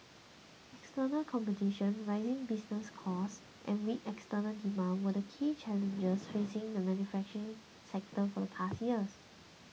external competition rising business costs and weak external demand were key challenges facing the manufacturing sector for the past years